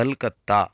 Calcutta